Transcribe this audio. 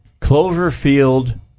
Cloverfield